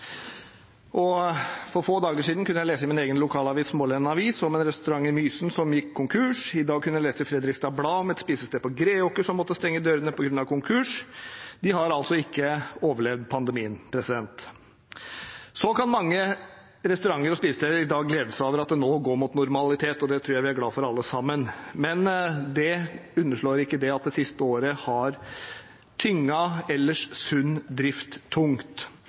For få dager siden kunne jeg lese i min egen lokalavis, Smaalenenes Avis, om en restaurant i Mysen som gikk konkurs. I dag kunne jeg lese i Fredrikstad Blad om et spisested på Greåker som måtte stenge dørene på grunn av konkurs. De har ikke overlevd pandemien. Mange restauranter og spisesteder kan i dag glede seg over at det nå går mot normalitet – og det tror jeg vi er glade for alle sammen – men det underslår ikke at det siste året har tynget en ellers sunn drift tungt.